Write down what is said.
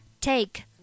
Take